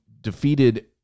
defeated